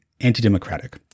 anti-democratic